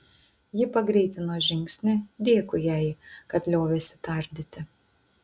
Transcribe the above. ji pagreitino žingsnį dėkui jai kad liovėsi tardyti